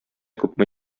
күпме